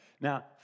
Now